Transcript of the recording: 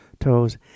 toes